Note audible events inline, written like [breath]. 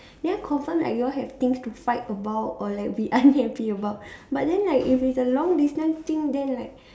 then confirm like you all have things to fight about or like be unhappy about [breath] but then like if it's a long distance thing then like